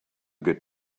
good